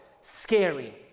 Scary